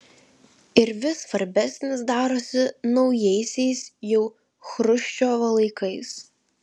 ir vis svarbesnis darosi naujaisiais jau chruščiovo laikais